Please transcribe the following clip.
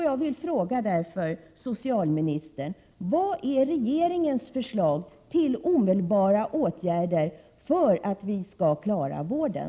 Jag vill därför fråga socialministern: Vilka är regeringens förslag till omedelbara åtgärder för att vi skall klara vården?